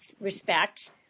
respect